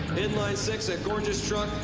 inline six, a gorgeous truck,